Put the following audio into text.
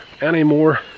anymore